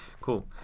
cool